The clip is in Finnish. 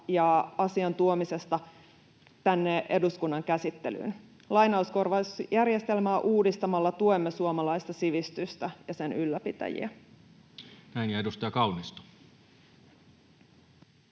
ja asian tuomisesta tänne eduskunnan käsittelyyn. Lainauskorvausjärjestelmää uudistamalla tuemme suomalaista sivistystä ja sen ylläpitäjiä. Näin. — Ja edustaja Kaunisto.